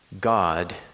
God